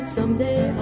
Someday